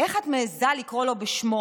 איך את מעיזה לקרוא לו בשמו?